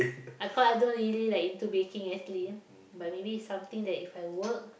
I can't I don't really like into baking actually but maybe something that if I work